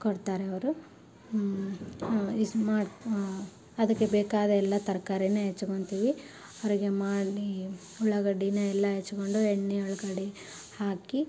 ಕೊಡ್ತಾರೆ ಅವರು ಹಾಂ ಇಸ್ ಮಾಡಿ ಅದಕ್ಕೆ ಬೇಕಾದ ಎಲ್ಲ ತರಕಾರಿನ ಹೆಚ್ಕೊಳ್ತೀವಿ ಹೊರಗೆ ಮಾಡಿ ಉಳ್ಳಾಗಡ್ಡಿನ ಎಲ್ಲ ಹೆಚ್ಕೊಂಡು ಎಣ್ಣೆ ಒಳ್ಗಡೆ ಹಾಕಿ